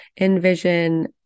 envision